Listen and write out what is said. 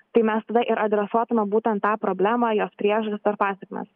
tai mes tada ir adresuotume būtent tą problemą jos priežastis ar pasėkmes